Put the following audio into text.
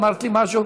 אמרת לי משהו,